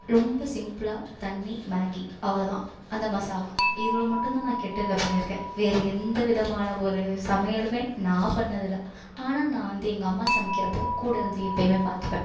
ரொம்ப சிம்பிளாக தண்ணி மேகி அவ்வளோ தான் அந்த மசாலா இவ்வளோ மட்டும் தான் நான் கெட்டில்ல பண்ணியிருக்கேன் வேறு எந்த விதமான ஒரு சமையலுமே நான் பண்ணிணது இல்லை ஆனால் நான் வந்து எங்கள் அம்மா சமைக்கிறப்போ கூட இருந்து எப்பயுமே பார்த்துப்பேன்